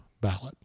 ballot